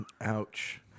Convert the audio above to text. Ouch